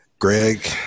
Greg